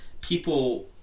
people